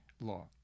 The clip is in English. Law